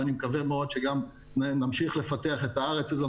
ואני מקווה מאוד שגם נמשיך לפתח את הארץ הזאת,